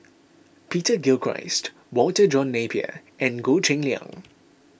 Peter Gilchrist Walter John Napier and Goh Cheng Liang